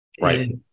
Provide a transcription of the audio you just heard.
Right